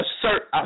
assert